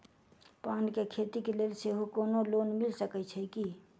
पान केँ खेती केँ लेल सेहो कोनो लोन मिल सकै छी की?